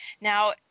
Now